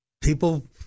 people